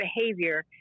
behavior